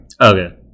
Okay